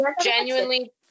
genuinely